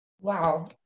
Wow